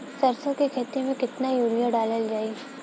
सरसों के खेती में केतना यूरिया डालल जाई?